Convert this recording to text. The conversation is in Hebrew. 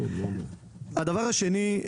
הדבר השני,